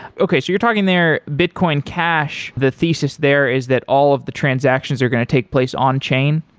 okay, so you're talking there bitcoin cash, the thesis there is that all of the transactions are going to take place on chain?